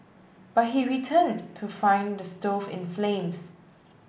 but he returned to find the stove in flames